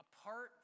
apart